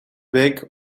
week